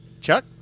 Chuck